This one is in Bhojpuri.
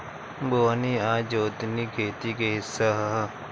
बोअनी आ जोतनी खेती के हिस्सा ह